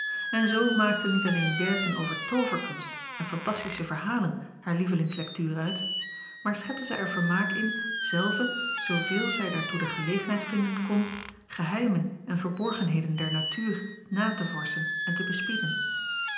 en zoo maakten niet alleen werken over tooverkunst en fantastische verhalen haar lievelingslektuur uit maar schepte zij er vermaak in zelve zooveel zij daartoe de gelegenheid vinden kon geheimen en verborgenheden der natuur na te vorschen en te bespieden